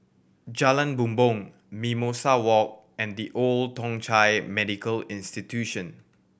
Jalan Bumbong Mimosa Walk and The Old Thong Chai Medical Institution